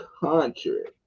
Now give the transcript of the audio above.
country